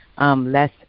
less